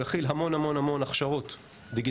הוא יכיל המון המון המון הכשרות דיגיטליות,